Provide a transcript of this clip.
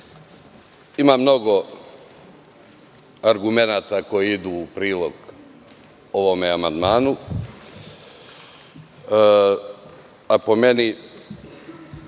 mnogo argumenata koji idu u prilog ovome amandmanu. Po meni